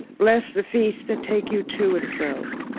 bless the feet that take you to and fro.